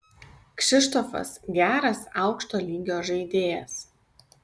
kšištofas geras aukšto lygio žaidėjas